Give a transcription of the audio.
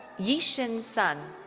yixin sun.